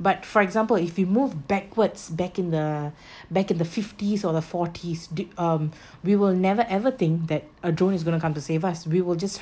but for example if you move backwards back in the back in the fifties or the forties do um we will never ever think that a drone is going to come to save us we will just